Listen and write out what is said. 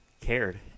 cared